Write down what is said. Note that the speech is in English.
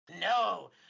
No